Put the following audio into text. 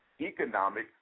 economic